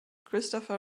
christopher